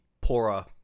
poorer